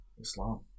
Islam